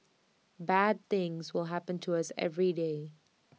bad things will happen to us every day